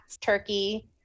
Turkey